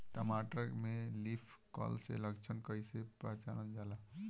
टमाटर में leaf curl के लक्षण कइसे पहचानल जाला?